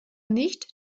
nicht